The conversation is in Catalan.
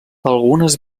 algunes